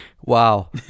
Wow